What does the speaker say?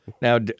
Now